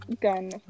gun